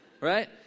right